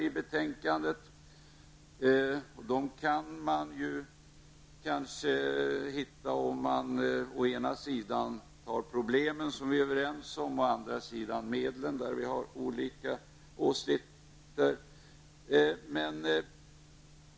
Sådana kan man kanske finna om man å ena sidan ser till problemen, som vi är överens om, och å andra sidan till medlen, där vi olika åsikter.